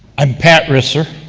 i'm pat risser,